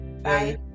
bye